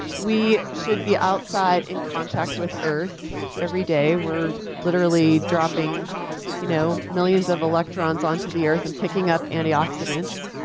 we should be outside in contact with earth every day. we're literally dropping you know millions of electrons onto the earth and picking up antioxidants.